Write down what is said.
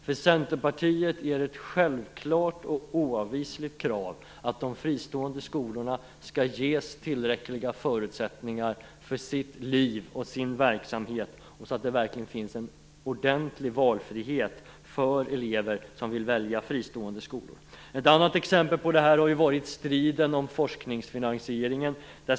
För oss i Centerpartiet är det ett självklart och oavvisligt krav att de fristående skolorna ges tillräckliga förutsättningar för sitt liv och sin verksamhet, så att det verkligen finns en ordentlig valfrihet för elever som vill välja fristående skolor. Ett annat exempel är striden om forskningsfinansieringen.